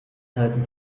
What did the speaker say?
kalten